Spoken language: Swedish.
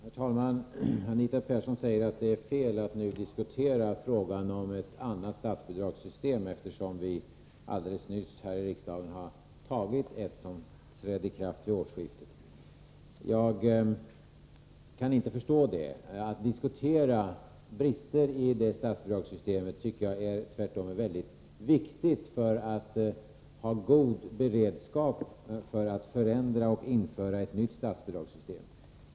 Herr talman! Anita Persson säger att det är fel att nu diskutera frågan om ett annat statsbidragssystem, eftersom vi alldeles nyss här i riksdagen har beslutat om ett sådant system, som trädde i kraft vid årsskiftet. Jag kan inte förstå detta. Jag tycker tvärtom att det är mycket viktigt att diskutera brister i statsbidragssystemet för att man skall få en god beredskap när det gäller att förändra statsbidragssystem eller införa ett nytt.